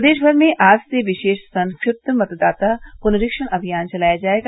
प्रदेश भर में आज से विशेष संक्षिप्त मतदाता पुनरीक्षण अभियान चलाया जायेगा